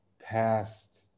past